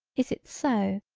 is it so,